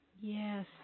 Yes